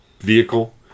Vehicle